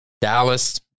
Dallas